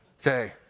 Okay